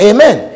Amen